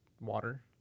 water